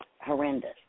horrendous